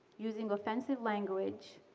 using offensive language,